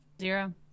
Zero